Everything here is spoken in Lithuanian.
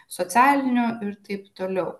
socialiniu ir taip toliau